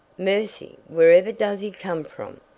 mercy! wherever does he come from?